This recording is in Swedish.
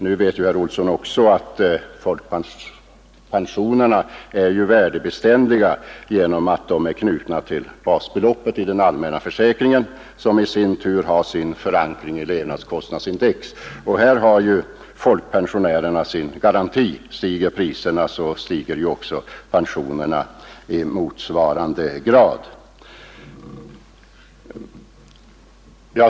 Som herr Olsson vet är folkpensionerna värdebeständiga genom att de är knutna till basbeloppet i den allmänna försäkringen, som i sin tur har sin förankring i levnadskostnadsindex. Därmed har ju folkpensionärerna fått sin garanti. Stiger priserna, så stiger pensionerna i motsvarande grad.